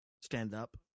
stand-up